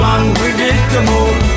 Unpredictable